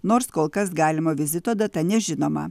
nors kol kas galimo vizito data nežinoma